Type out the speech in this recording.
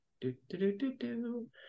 Do-do-do-do-do